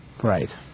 Right